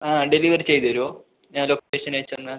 ആ ഡെലിവർ ചെയ്തേരോ ഞാൻ ലൊക്കേഷൻ അയച്ച് തന്നാൽ